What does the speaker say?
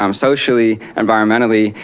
um socially, environmentally.